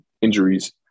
injuries